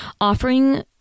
offering